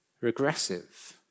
regressive